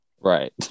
right